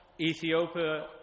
Ethiopia